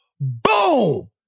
Boom